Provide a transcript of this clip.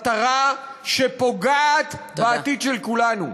מטרה שפוגעת בעתיד של כולנו.